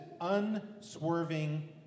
unswerving